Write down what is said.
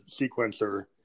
sequencer